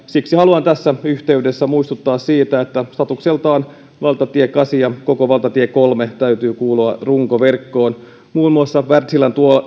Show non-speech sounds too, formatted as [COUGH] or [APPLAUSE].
[UNINTELLIGIBLE] siksi haluan tässä yhteydessä muistuttaa siitä että valtatie kahdeksan ja koko valtatie kolmen täytyy kuulua statukseltaan runkoverkkoon muun muassa wärtsilän